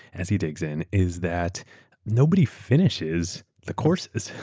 as he digs in is that nobody finishes the courses.